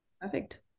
Perfect